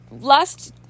last